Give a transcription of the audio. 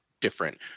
different